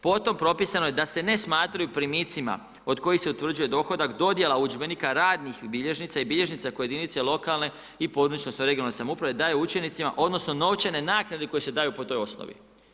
Potom propisano je da se ne smatraju primicima od kojih se utvrđuje dohodak dodjela udžbenika, radnih bilježnica i bilježnica koje jedinice lokalne i područne odnosno regionalne samouprave daju učenicima odnosno novčane naknade koje se daju po toj osnovi.